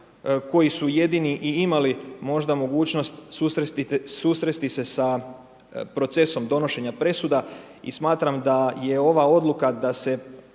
koji su jedini i imali možda mogućnost susresti se sa procesom donošenja presuda. I smatram da je ova odluka, da se